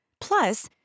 Plus